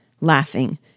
Laughing